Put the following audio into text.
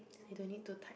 I don't need to type